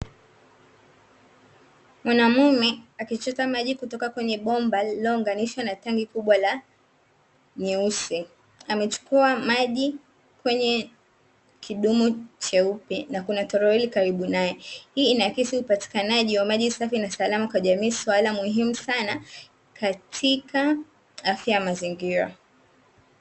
Mwanaume akichota maji kutoka kwenye bomba lililounganishwa na tanki kubwa la nyeusi. Amechukua maji kwenye kidumu cheupe, na kuna toroli karibu nae. Hii inaakisi upatikanaji wa maji safi na salama kwa jamii, swala muhimu sana katika afya ya mazingira.